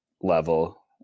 level